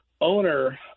owner